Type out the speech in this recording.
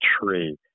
tree